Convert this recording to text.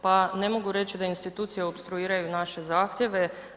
Pa ne mogu reći da institucije opstruiraju naše zahtjeve.